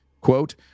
Quote